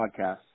podcast